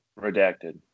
redacted